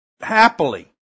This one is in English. happily